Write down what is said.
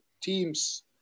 teams